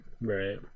Right